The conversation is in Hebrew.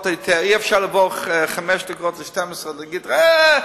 אי-אפשר לבוא בחמש דקות ל-12:00 ולהגיד: אה,